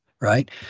Right